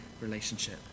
relationship